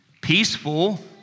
Peaceful